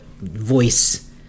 voice